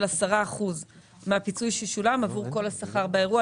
10% מהפיצוי ששולם עבור כל השכר באירוע,